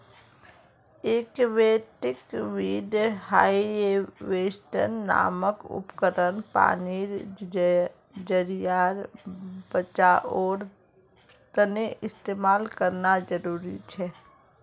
aquatic weed harvester नामक उपकरण पानीर ज़रियार बचाओर तने इस्तेमाल करना ज़रूरी छे